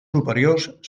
superiors